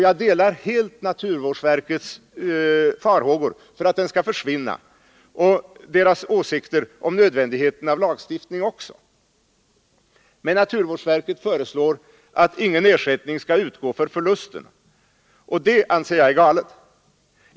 Jag delar helt naturvårdsverkets farhågor för att den skall försvinna och verkets åsikter om nödvändigheten av lagstiftning. Men naturvårdsverket föreslår att ingen ersättning skall utgå för förlusten. Detta anser jag vara galet.